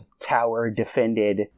tower-defended